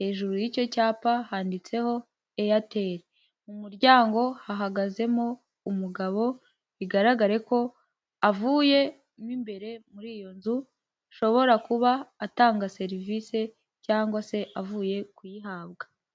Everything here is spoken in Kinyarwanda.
hejuru y'icyo cyapa handitseho Eyateri. Mu muryango hahagazemo umugabo, bigaragare ko avuye mo imbere muri iyo nzu, ashobora kuba atanga serivisi cyangwa se avuye kuyihabwa.